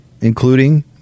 including